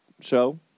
show